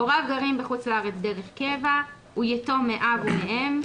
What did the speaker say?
הוריו גרים בחוץ לארץ דרך קבע, הוא יתום מאב ומאם,